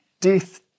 death